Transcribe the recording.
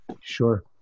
Sure